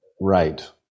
Right